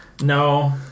No